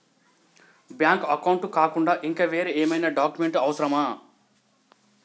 Bank account కాకుండా ఇంకా వేరే ఏమైనా డాక్యుమెంట్స్ అవసరమా?